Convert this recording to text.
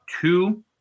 two